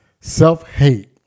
Self-hate